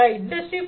0 Industry 4